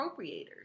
appropriators